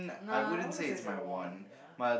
nah I wouldn't say it's your wand ya